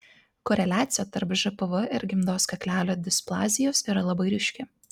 koreliacija tarp žpv ir gimdos kaklelio displazijos yra labai ryški